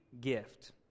gift